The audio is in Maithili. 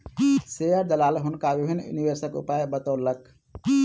शेयर दलाल हुनका विभिन्न निवेशक उपाय बतौलक